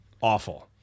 awful